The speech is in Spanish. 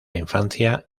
infancia